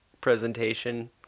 presentation